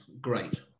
great